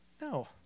No